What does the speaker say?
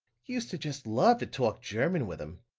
used to just love to talk german with him.